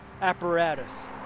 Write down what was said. apparatus